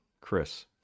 Chris